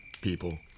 people